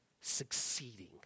succeeding